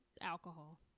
alcohol